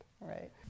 Right